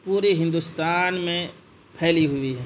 پورے ہندوستان میں پھیلی ہوئی ہے